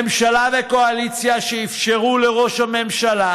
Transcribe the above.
ממשלה וקואליציה שאפשרו לראש הממשלה